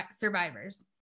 survivors